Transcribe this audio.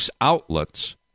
outlets